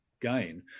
gain